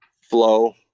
Flow